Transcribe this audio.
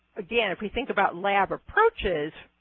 again, if we think about lab approaches,